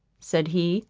said he,